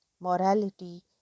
morality